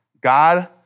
God